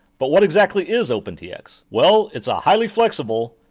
but what exactly is opentx? well, it's a highly flexible,